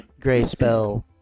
Grayspell